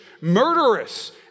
murderous